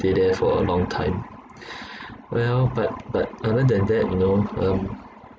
stay there for a long time well but but other than that you know um